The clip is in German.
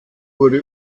wurde